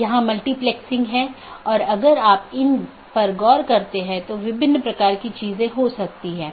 इसलिए जब कोई असामान्य स्थिति होती है तो इसके लिए सूचना की आवश्यकता होती है